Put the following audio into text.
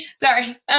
sorry